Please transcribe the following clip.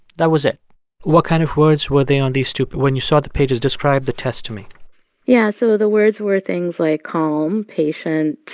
that was it what kind of words were they on these two? when you saw the pages describe the test to me yeah. so the words were things like calm, patient,